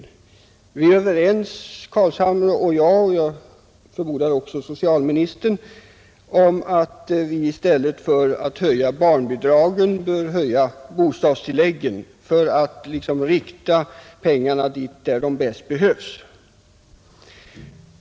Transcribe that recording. Herr Carlshamre och jag är överens — och jag förmodar också socialministern — om att vi i stället för att höja barnbidragen bör höja bostadstilläggen för att styra pengarna dit där de bäst behövs.